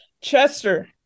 Chester